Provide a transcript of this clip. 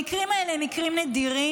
המקרים האלה הם מקרים נדירים,